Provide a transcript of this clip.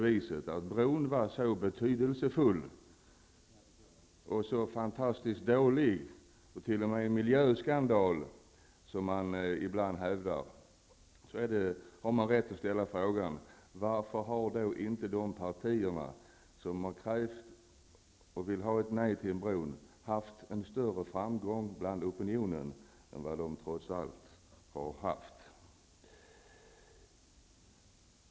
Om bron är så betydelsefull, så fantastiskt dålig, t.o.m. en miljöskandal, som det ibland hävdas i debatten, varför har inte de partier som varit emot bron haft en större framgång i den allmänna opinionen?